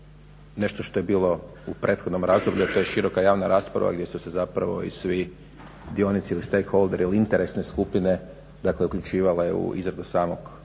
nešto što je bilo u prethodnom razdoblju, a to je široka javna rasprava gdje su se zapravo i svi dionici ili …/Govornik se ne razumije./… ili interesne skupine, dakle uključivale u izradu samog